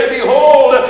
Behold